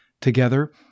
together